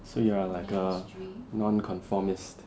so you are like a nonconformist